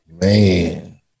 man